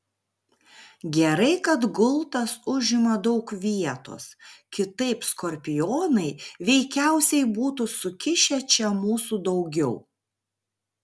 gerai kad gultas užima daug vietos kitaip skorpionai veikiausiai būtų sukišę čia mūsų daugiau